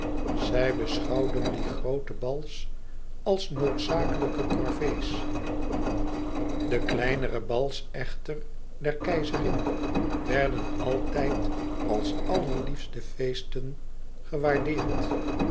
zij beschouwden die groote bals als noodzakelijke corvées de kleinere bals echter der keizerin werden altijd als allerliefste feesten gewaardeerd